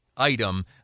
item